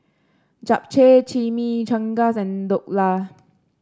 Japchae Chimichangas and Dhokla